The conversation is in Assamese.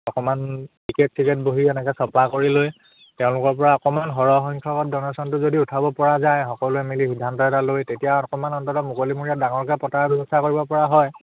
অকণমান টিকেট চিকেট বহী এনেকৈ চপাই কৰি লৈ তেওঁলোকৰপৰা অকণমান সৰহ সংখ্যকত ডনেশ্যনটো যদি উঠাবপৰা যায় সকলোৱে মিলি সিদ্ধান্ত এটা লৈ তেতিয়া অকণমান অন্তত মুকলিমূৰীয়া ডাঙৰকৈ পতাৰ ব্যৱস্থা কৰিবপৰা হয়